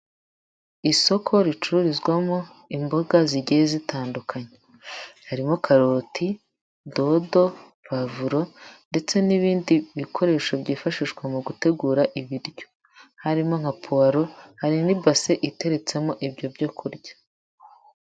Isoko ricururizwamo imboga zigiye zitandukanye, harimo karoti, dodo, pavuro ndetse n'ibindi bikoresho byifashishwa mu gutegura ibiryo, harimo nka puwaro, hari n'ibase iteretsemo ibyo byo kurya.